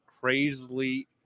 crazily